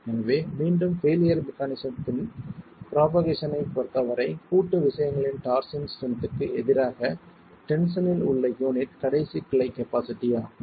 எனவே மீண்டும் ஃபெயிலியர் மெக்கானிசத்தின் யின் புரோபகேஷன் ஐப் பொறுத்தவரை கூட்டு விஷயங்களின் டார்ஸின் ஸ்ட்ரென்த்க்கு எதிராக டென்ஷன்னில் உள்ள யூனிட் கடைசி கிளை கபாஸிட்டி ஆகும்